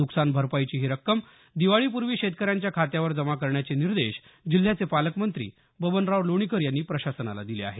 न्कसान भरपाईची ही रक्कम दिवाळीपूर्वी शेतकऱ्यांच्या खात्यावर जमा करण्याचे निर्देश जिल्ह्याचे पालकमंत्री बबनराव लोणीकर यांनी प्रशासनाला दिले आहेत